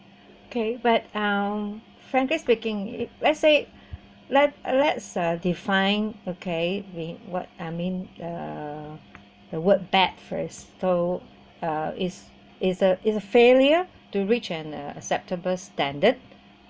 okay wait um frankly speaking if let's say let's let's uh define okay wait what I mean uh the word bad first so uh is is a is a failure to reach an acceptable standard